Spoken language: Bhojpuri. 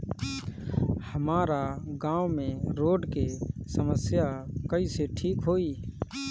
हमारा गाँव मे रोड के समस्या कइसे ठीक होई?